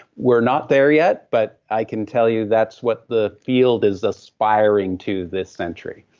we're not there yet, but i can tell you that's what the field is aspiring to this century.